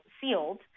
sealed